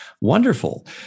wonderful